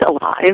alive